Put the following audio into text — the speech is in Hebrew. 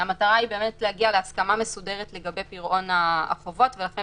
המטרה היא להגיע להסכמה מסודרת לגבי פירעון החובות ולכן